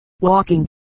walking